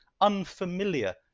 unfamiliar